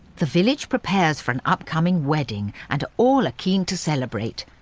the village prepares for an upcoming wedding and all are keen to celebrate!